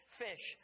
fish